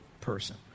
person